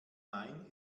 main